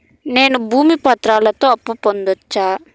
నేను భూమి పత్రాలతో అప్పు పొందొచ్చా?